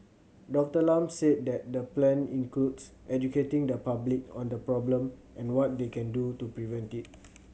Doctor Lam said that the plan includes educating the public on the problem and what they can do to prevent it